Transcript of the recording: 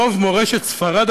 רוב מורשת ספרד,